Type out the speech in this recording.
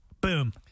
boom